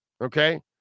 Okay